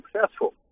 successful